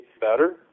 better